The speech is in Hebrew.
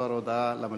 למסור הודעה למליאה.